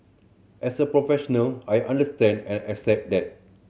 as a professional I understand and accept that